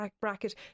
bracket